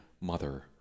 mother